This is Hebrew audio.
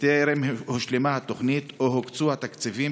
וטרם הושלמה התוכנית או הוקצו התקציבים